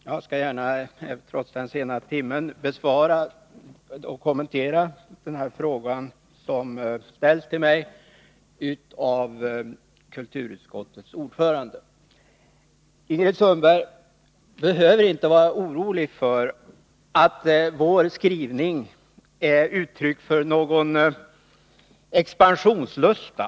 Herr talman! Jag skall, trots den sena timmen, gärna besvara och kommentera den fråga som kulturutskottets ordförande ställt till mig. Ingrid Sundberg behöver inte vara orolig för att vår skrivning är uttryck för någon expansionslusta.